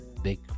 Big